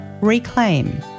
Reclaim